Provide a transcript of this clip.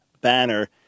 banner